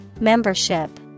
Membership